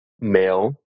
male